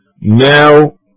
now